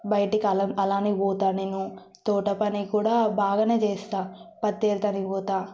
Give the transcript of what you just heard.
బయటకు అలం అలానే పోతాను నేను తోట పని కూడా బాగానే చేస్తాను పత్తి పనికి పోతాను